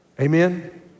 Amen